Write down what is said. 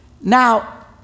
Now